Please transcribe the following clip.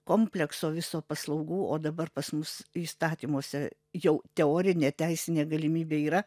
komplekso viso paslaugų o dabar pas mus įstatymuose jau teorinė teisinė galimybė yra